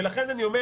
לכן אני אומר